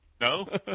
No